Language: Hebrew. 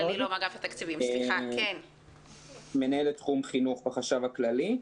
שלום, אני מנהל תחום חינוך בחשב הכללי.